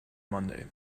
monday